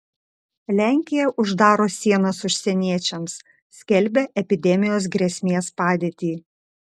lenkija uždaro sienas užsieniečiams skelbia epidemijos grėsmės padėtį